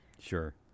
sure